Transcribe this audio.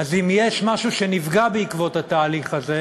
אז אם יש משהו שנפגע בעקבות התהליך הזה,